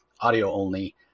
audio-only